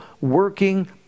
working